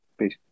Peace